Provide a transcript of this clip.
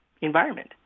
environment